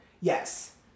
Yes